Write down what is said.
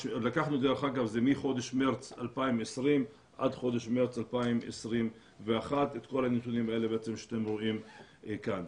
זה מחודש מרץ 2020 עד חודש מרץ 2021. את כל הנתונים האלה אתם רואים כאן.